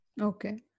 Okay